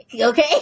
okay